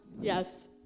Yes